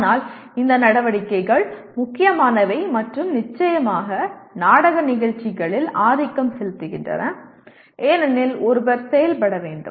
ஆனால் இந்த நடவடிக்கைகள் முக்கியமானவை மற்றும் நிச்சயமாக நாடக நிகழ்ச்சிகளில் ஆதிக்கம் செலுத்துகின்றன ஏனெனில் ஒருவர் செயல்பட வேண்டும்